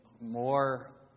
more